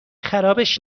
خرابش